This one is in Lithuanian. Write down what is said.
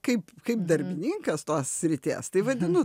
kaip kaip darbininkas tos srities tai vadinu